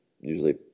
usually